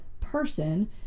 person